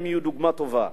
הם יהיו דוגמה טובה.